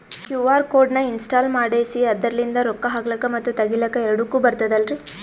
QR code ನ install ಮಾಡೆಸಿ ಅದರ್ಲಿಂದ ರೊಕ್ಕ ಹಾಕ್ಲಕ್ಕ ಮತ್ತ ತಗಿಲಕ ಎರಡುಕ್ಕು ಬರ್ತದಲ್ರಿ?